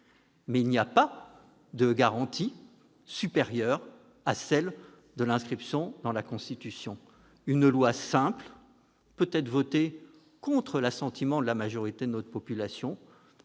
Mais il n'y a pas de garantie supérieure à celle de l'inscription dans la Constitution. Une loi simple peut être votée contre l'assentiment de la majorité de notre population